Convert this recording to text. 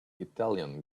italian